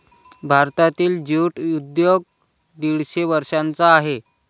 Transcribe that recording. भारतातील ज्यूट उद्योग दीडशे वर्षांचा आहे